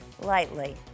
lightly